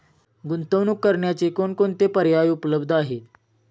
गुंतवणूक करण्याचे कोणकोणते पर्याय उपलब्ध आहेत?